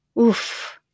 Oof